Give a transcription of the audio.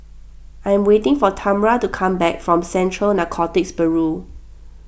I am waiting for Tamra to come back from Central Narcotics Bureau